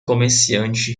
comerciante